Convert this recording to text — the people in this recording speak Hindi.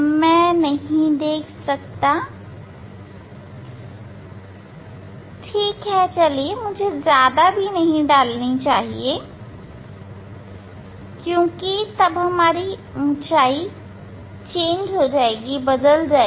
मैं नहीं देख सकता ठीक है मुझे बहुत ज्यादा भी नहीं डालनी चाहिए क्योंकि तब ऊंचाई बदल जाएगी